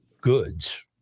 goods